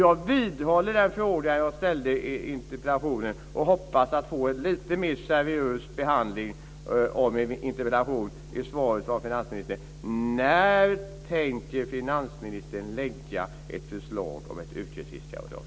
Jag vidhåller den fråga jag ställde i interpellationen och hoppas få en något mer seriös behandling. När tänker finansministern lägga fram ett förslag om ett yrkesfiskaravdrag?